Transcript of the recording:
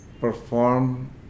perform